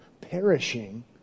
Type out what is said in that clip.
perishing